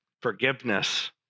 forgiveness